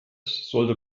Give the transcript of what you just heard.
sollte